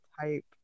type